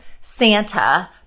Santa